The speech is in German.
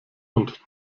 und